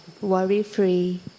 worry-free